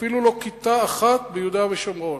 אפילו לא כיתה אחת, ביהודה ושומרון.